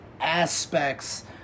aspects